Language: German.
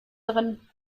drin